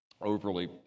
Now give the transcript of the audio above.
overly